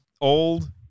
old